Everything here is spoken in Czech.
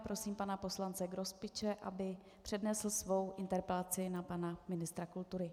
Prosím pana poslance Grospiče, aby přednesl svou interpelaci na pana ministra kultury.